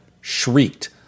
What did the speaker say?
shrieked